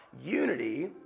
unity